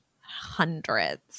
hundreds